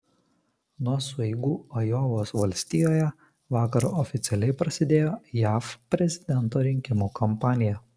nuo sueigų ajovos valstijoje vakar oficialiai prasidėjo jav prezidento rinkimų kampanija